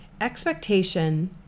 Expectation